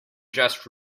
just